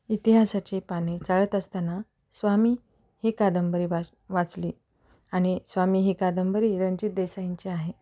इतिहासाची पाने चाळत असताना स्वामी ही कादंबरी वाच वाचली आणि स्वामी ही कादंबरी रणजित देसाईंची आहे